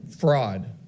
fraud